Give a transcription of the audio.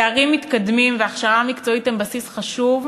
תארים מתקדמים והכשרה מקצועית הם בסיס חשוב,